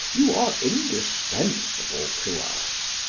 you are indispensable to us.